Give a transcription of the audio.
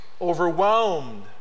overwhelmed